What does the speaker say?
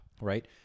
Right